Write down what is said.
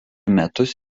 metus